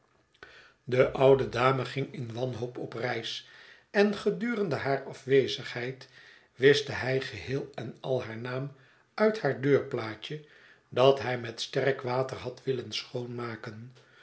de oude dame ging in wanhoop op reis en gedurende haar afwezigheid wischte hij geheel en al haar naam uit haar deurplaatje dat hij met sterkwater had willen schoonmaken